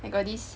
I got this